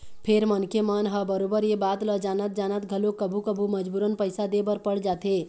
फेर मनखे मन ह बरोबर ये बात ल जानत जानत घलोक कभू कभू मजबूरन पइसा दे बर पड़ जाथे